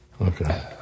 Okay